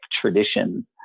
Tradition